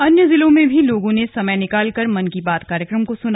अन्य जिलों में भी लोगों ने समय निकालकर मन की बात कार्यक्रम सुना